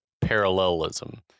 parallelism